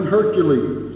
Hercules